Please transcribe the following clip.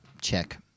check